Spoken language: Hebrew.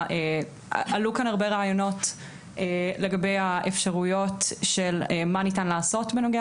עלו כאן הרבה רעיונות לגבי האפשרויות של מה ניתן לעשות בנוגע